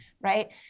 right